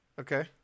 Okay